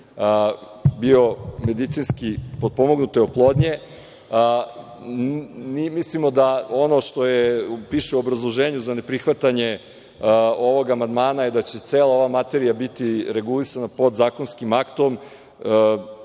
biomedicinski potpomognute oplodnje. Mislimo da ono što piše u obrazloženju za neprihvatanje ovog amandmana je da će cela ova materija biti regulisana podzakonskim aktom,